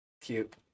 Cute